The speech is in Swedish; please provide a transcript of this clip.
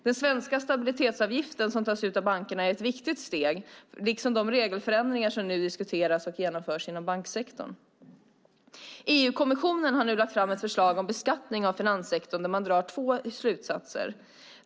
Den svenska stabilitetsavgiften som tas ut av bankerna är ett viktigt steg, liksom de regelförändringar som nu diskuteras och genomförs inom banksektorn. EU-kommissionen har nu lagt fram ett förslag om beskattning av finanssektorn där man drar två slutsatser.